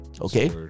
Okay